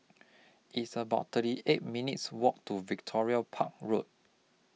It's about thirty eight minutes' Walk to Victoria Park Road